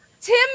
Tim